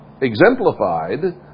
exemplified